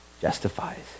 justifies